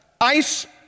ice